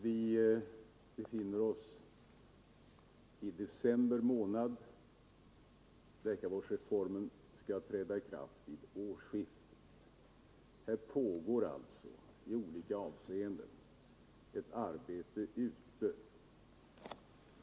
Vi befinner oss i december månad, läkarvårdsreformen skall träda i kraft vid årsskiftet. Här pågår alltså i olika avseenden ett förberedande arbete.